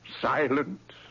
silent